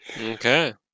Okay